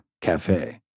cafe